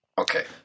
Okay